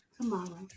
tomorrow